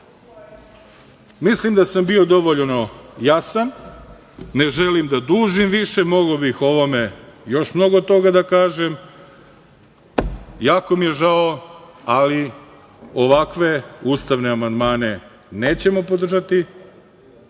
da sam bio dovoljno jasan. Ne želim da dužim više, mogao bih o ovome još mnogo toga da kažem, jako mi je žao, ali ovakve ustavne amandmane nećemo podržati